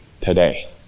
today